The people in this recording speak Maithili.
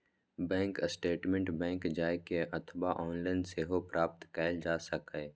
बैंक स्टेटमैंट बैंक जाए के अथवा ऑनलाइन सेहो प्राप्त कैल जा सकैए